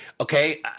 okay